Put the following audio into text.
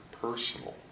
personal